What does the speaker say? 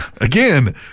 Again